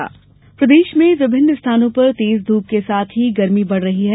मौसम प्रदेश में विभिन्न स्थानों पर तेज धूप के साथ ही गर्मी बढ़ रही है